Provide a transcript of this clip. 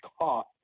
caught